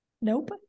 Nope